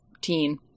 teen